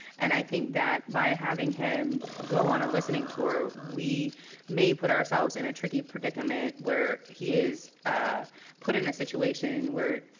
and i think that by having him go on a listening tour we may put ourselves in a tricky predicament where he is ah put in a situation where,